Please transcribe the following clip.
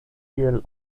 kiel